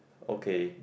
okay